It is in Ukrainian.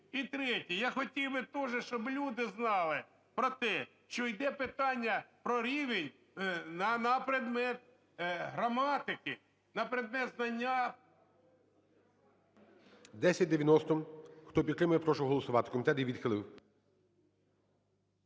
І третє. Я хотів би тоже, щоб люди знали про те, що йде питання про рівень на предмет граматики, на предмет знання…